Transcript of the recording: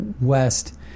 west